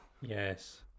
Yes